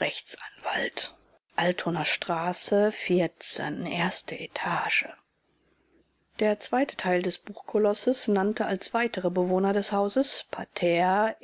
rechtsanwalt altonaer straße i etage der zweite teil des buchkolosses nannte als weitere bewohner des hauses parterre